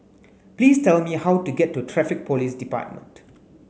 please tell me how to get to Traffic Police Department